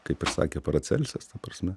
kaip ir sakė paracelsas ta prasme